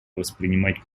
воспринимать